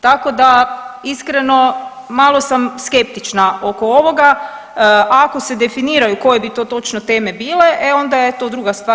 Tako da iskreno malo sam skeptična oko ovoga, a ako se definiraju koje bi to točno teme bile e onda je to druga stvar.